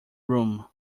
room